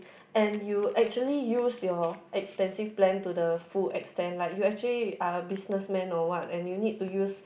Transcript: and you actually use your expensive plan to the full extent lah you actually ah businessman or what and you need to use